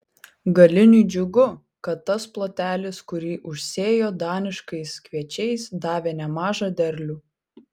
galiniui džiugu kad tas plotelis kurį užsėjo daniškais kviečiais davė nemažą derlių